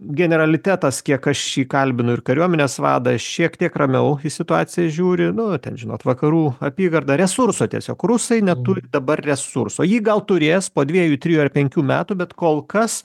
generalitetas kiek aš jį kalbinu ir kariuomenės vadą šiek tiek ramiau į situaciją žiūri nu ten žinot vakarų apygardą resurso tiesiog rusai neturi dabar resurso jį gal turės po dviejų trijų ar penkių metų bet kol kas